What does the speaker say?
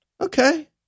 okay